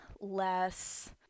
less